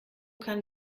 kann